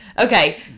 Okay